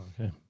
Okay